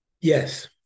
Yes